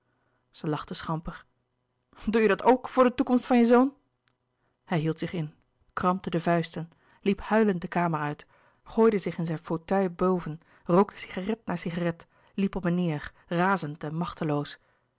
zij lachte schamper doe je dat ook voor de toekomst van je zoon hij hield zich in krampte de vuisten liep huilend de kamer uit gooide zich in zijn fauteuil boven rookte cigarette na cigarette liep op en neêr razend en machteloos